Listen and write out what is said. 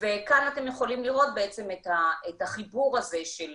וכאן אתם יכולים לראות את החיבור הזה של